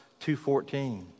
2.14